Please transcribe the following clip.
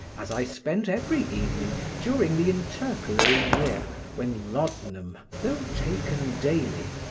as i spent every evening during the intercalary year when laudanum, though taken daily,